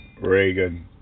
Reagan